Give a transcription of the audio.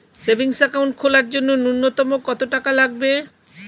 Savings account খোলার জন্য নূন্যতম কত টাকা লাগবে?